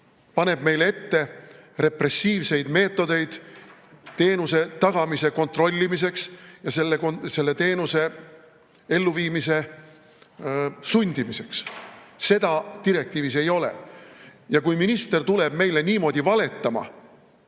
paneb meile ette repressiivseid meetodeid teenuse tagamise kontrollimiseks ja selle teenuse elluviimise sundimiseks. Seda direktiivis ei ole ja kui minister tuleb meile niimoodi valetama,